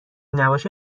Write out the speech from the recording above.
نباشه